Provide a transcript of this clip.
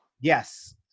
Yes